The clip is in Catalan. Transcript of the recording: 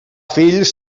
fills